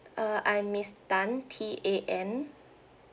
uh I'm miss tan T A N